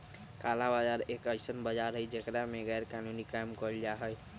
काला बाजार एक ऐसन बाजार हई जेकरा में गैरकानूनी काम कइल जाहई